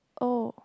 oh